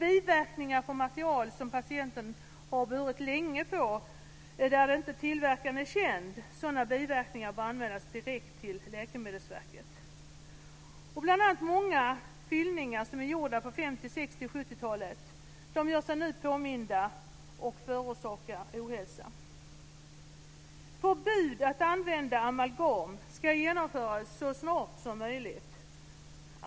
Biverkningar från material som patienten har burit på länge, där tillverkaren inte är känd, bör anmälas direkt till Läkemedelsverket. Många fyllningar som är gjorda under 50-70-talet gör sig nu påminda och förorsakar ohälsa. Förbud mot att använda amalgam ska införas så snart som möjligt.